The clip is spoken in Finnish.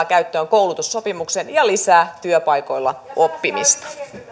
käyttöön koulutussopimuksen ja lisää työpaikoilla oppimista